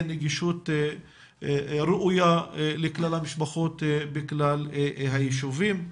נגישות ראויה לכלל המשפחות בכלל היישובים.